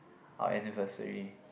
our anniversary